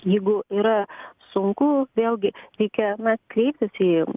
jeigu yra sunku vėlgi reikia na kreiptis į